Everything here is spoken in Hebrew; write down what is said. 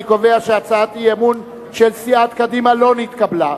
אני קובע שהצעת האי-אמון של סיעת קדימה לא התקבלה.